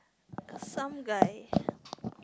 some guy